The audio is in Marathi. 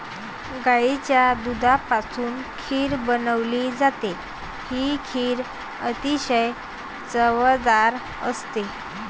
गाईच्या दुधापासून खीर बनवली जाते, ही खीर अतिशय चवदार असते